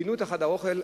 פינו את חדר האוכל,